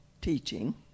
teaching